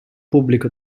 pubblico